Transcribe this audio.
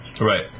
Right